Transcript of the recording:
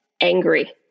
angry